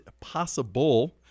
possible